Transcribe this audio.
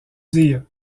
dire